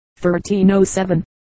1307